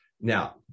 Now